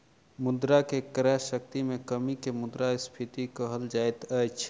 मुद्रा के क्रय शक्ति में कमी के मुद्रास्फीति कहल जाइत अछि